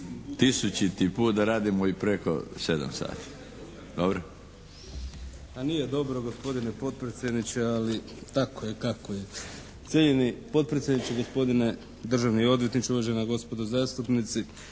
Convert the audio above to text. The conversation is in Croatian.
tisućiti put da radimo i preko sedam sati. Dobro? **Kajin, Damir (IDS)** Nije dobro, gospodine potpredsjedniče, ali tako je kako je. Cijenjeni potpredsjedniče, gospodine državni odvjetniče, uvažena gospodo zastupnici!